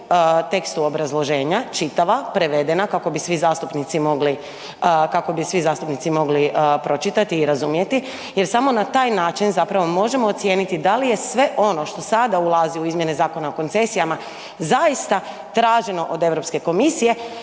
tekstu obrazloženja, čitava, prevedena kako bi svi zastupnici mogli, kako bi svi zastupnici mogli pročitati i razumjeti jer samo na taj način zapravo možemo ocijeniti da li je sve ono što sada ulazi u izmjene zakona o koncesijama zaista traženo od Europske komisije